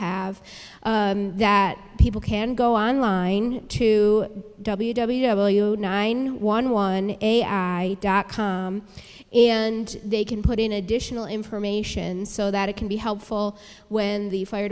have that people can go online to w w w nine one one ai dot com and they can put in additional information so that it can be helpful when the fire